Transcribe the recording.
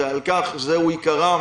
ואלה עיקרן